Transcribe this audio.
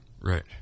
Right